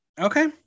Okay